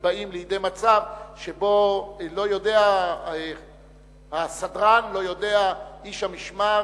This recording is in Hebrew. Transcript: באים לידי מצב שבו הסדרן לא יודע, איש המשמר,